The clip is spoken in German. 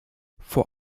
vor